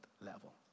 level